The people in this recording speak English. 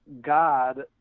God